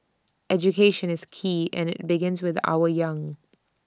education is key and IT begins with our young